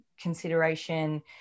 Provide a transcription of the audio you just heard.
consideration